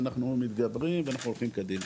ואנחנו מתגברים ואנחנו הולכים קדימה.